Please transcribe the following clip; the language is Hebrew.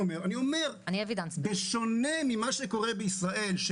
בשונה ממה שקורה בישראל,